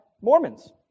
Mormons